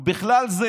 ובכלל זה